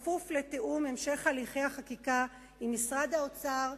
בכפוף לתיאום המשך הליכי חקיקה עם משרד האוצר,